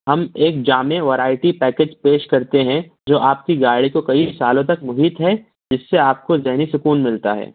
ہم ایک جامع ویرائٹی پیکج پیش کرتے ہیں جو آپ کی گاڑی کو کئی سالوں تک محیط ہے جس سے آپ کو ذہنی سکون ملتا ہے